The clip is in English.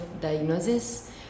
diagnosis